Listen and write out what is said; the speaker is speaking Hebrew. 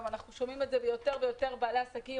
ואנחנו שומעים את זה מיותר ויותר בעלי עסקים,